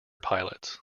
pilots